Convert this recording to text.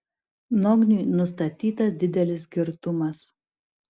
nogniui nustatytas didelis girtumas